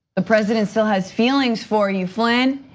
the president still has feelings for you, flynn,